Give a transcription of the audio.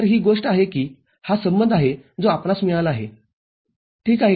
तर ही गोष्ट आहे की हा संबंध आहे जो आपणास मिळाला आहेठीक आहे का